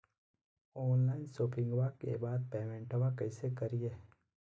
Online शोपिंग्बा के बाद पेमेंटबा कैसे करीय?